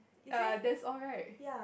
err that's all right